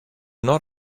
not